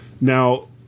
Now